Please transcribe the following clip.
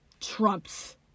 trumps